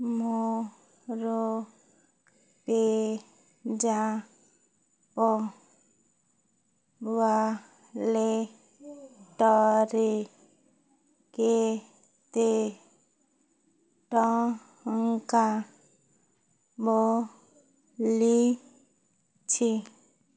ମୋର ପେଜାପ୍ ୱାଲେଟ୍ରେ କେତେ ଟଙ୍କା ବଳିଛି